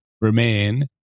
remain